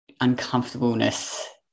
uncomfortableness